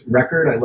record